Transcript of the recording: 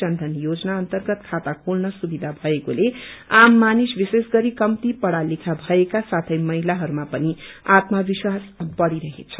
जनयन योजना अन्तर्गत खाता खोल्न सुविधा भएक्रेले आम मानिस विश्वेष गरी कम्ती पढ़ा लेखा मएका साथै महिलाहरूमा पनि आत्मा विश्वास बढ़िरहेछ